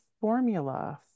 formula